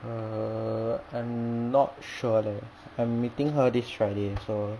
err I'm not sure leh I'm meeting her this friday so